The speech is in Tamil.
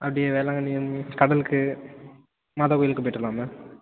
அப்படியே வேளாங்கண்ணி கடலுக்கு மாதா கோயிலுக்கு போய்விட்டு வரலாம் மேம்